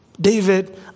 David